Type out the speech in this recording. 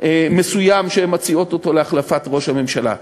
מסוים שהן מציעות להחלפת ראש הממשלה.